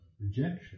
rejection